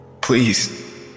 Please